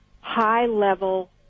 high-level